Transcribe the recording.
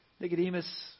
Nicodemus